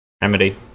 Remedy